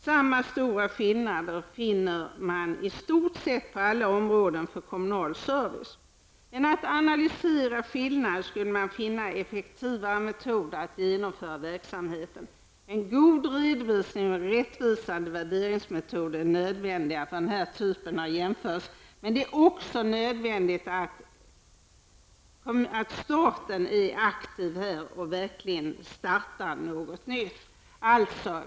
Samma skillnader finner man på i stort sett alla områden för kommunal service. Genom att analysera dessa skillnader skulle man kunna finna effektiva metoder för att genomföra verksamheten. En god redovisning och rättvisande värderingsmetoder är nödvändiga för den här typen av jämförelser. Men det är också nödvändigt att staten är aktiv och verkligen startar något nytt.